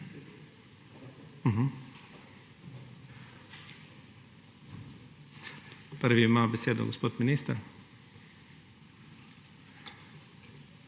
Prvi ima besedo gospod minister.